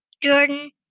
Jordan